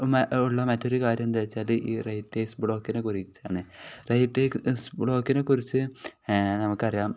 ഉള്ള മറ്റൊരു കാര്യം എന്താണ് വെച്ചാൽ ഈ റൈറ്റെസ് ബ്ലോഗിനെ കുറിച്ചാണ് റൈറ്റേസ് ബ്ലോക്കിനെക്കുറിച്ച് നമുക്ക് അറിയാം